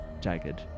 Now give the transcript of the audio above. Jagged